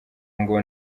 ngo